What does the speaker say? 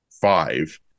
five